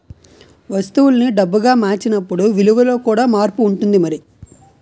వస్తువుల్ని డబ్బుగా మార్చినప్పుడు విలువలో కూడా మార్పు ఉంటుంది మరి